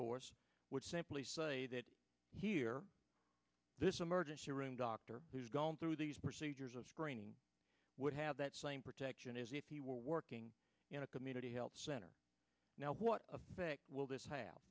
course would simply say that here this emergency room doctor who's going through these procedures of screening would have that same protection as if he were working in a community health center now what effect will this have